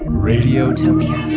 radiotopia